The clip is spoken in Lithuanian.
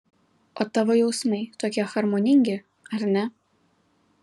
o tavo jausmai tokie harmoningi ar ne